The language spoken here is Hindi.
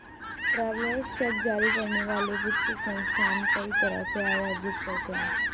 ट्रैवेलर्स चेक जारी करने वाले वित्तीय संस्थान कई तरह से आय अर्जित करते हैं